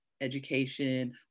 education